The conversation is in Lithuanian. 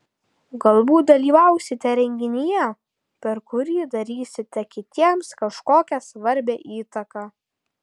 galbūt dalyvausite renginyje per kurį darysite kitiems kažkokią svarbią įtaką